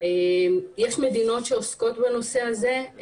יש מדינות שעוסקות בנושא הזה.